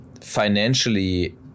financially